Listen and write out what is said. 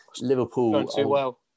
Liverpool